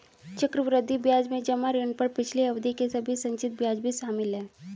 चक्रवृद्धि ब्याज में जमा ऋण पर पिछली अवधि के सभी संचित ब्याज भी शामिल हैं